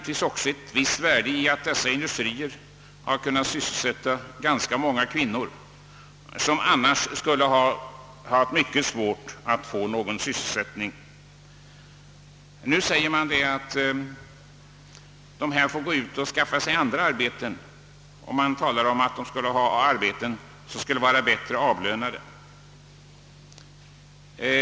Det ligger också ett visst värde i att dessa industrier har kunnat sysselsätta många kvinnor, som annars skulle ha haft mycket svårt att skaffa sig någon sysselsättning. Nu säger man att de kan få andra arbeten, som är bättre avlönade.